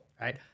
Right